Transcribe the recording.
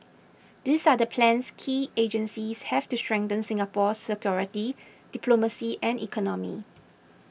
these are the plans key agencies have to strengthen Singapore's security diplomacy and economy